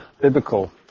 biblical